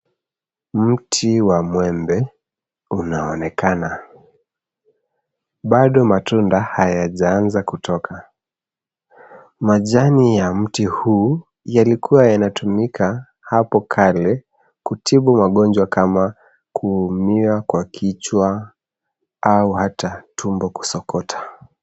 Mti wa mwembe unaonekana. Bado matunda hayajaanza kutoka. Majani ya mti huu yalikuwa yanatumika hapo kale kutibu magonjwa kama kuumia kwa kichwa au hata tumbo kusokota.